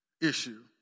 issue